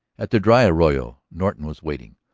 at the dry arroyo norton was waiting,